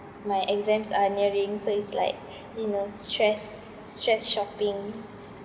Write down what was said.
my exams are nearing so is like you know stress stress shopping